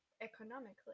economically